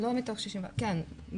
כן,